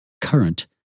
current